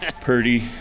Purdy